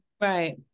Right